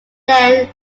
then